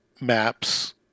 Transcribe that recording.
maps